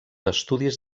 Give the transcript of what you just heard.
estudis